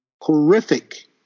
horrific